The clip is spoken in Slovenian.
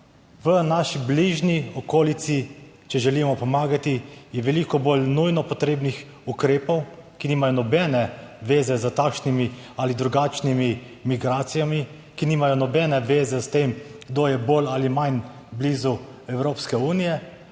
V naši bližnji okolici, če želimo pomagati, je veliko bolj nujno potrebnih ukrepov, ki nimajo nobene veze s takšnimi ali drugačnimi migracijami, ki nimajo nobene veze s tem kdo je bolj ali manj blizu Evropske unije.